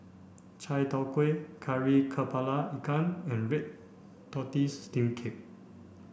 Chai Tow Kuay Kari Kepala Ikan and red tortoise steamed cake